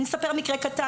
אני אספר על מקרה קטן.